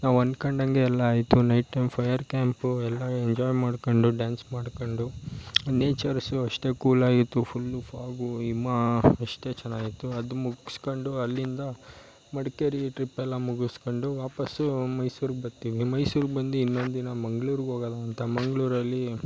ನಾವು ಅಂದ್ಕೊಂಡಂತೆ ಎಲ್ಲ ಆಯಿತು ನೈಟ್ ಟೈಮ್ ಫೈರ್ ಕ್ಯಾಂಪೂ ಎಲ್ಲ ಎಂಜಾಯ್ ಮಾಡಿಕೊಂಡು ಡಾನ್ಸ್ ಮಾಡಿಕೊಂಡು ನೇಚರ್ಸು ಅಷ್ಟೆ ಕೂಲಾಗಿತ್ತು ಫುಲ್ ಫಾಗು ಇಮಾ ಅಷ್ಟೇ ಚೆನ್ನಾಗಿತ್ತು ಅದು ಮುಗಿಸ್ಕೊಂಡು ಅಲ್ಲಿಂದ ಮಡಿಕೇರಿ ಟ್ರಿಪ್ಪೆಲ್ಲ ಮುಗಿಸ್ಕೊಂಡು ವಾಪಸ್ಸೂ ಮೈಸೂರಿಗೆ ಬರ್ತೀವಿ ಮೈಸೂರಿಗೆ ಬಂದು ಇನ್ನೊಂದಿನ ಮಂಗಳೂರಿಗೆ ಹೋಗೋಣ ಅಂತ ಮಂಗಳೂರಲ್ಲಿ